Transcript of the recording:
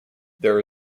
there